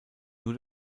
nur